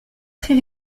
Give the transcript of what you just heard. très